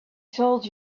told